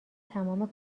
تمام